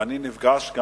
ואני נפגש עם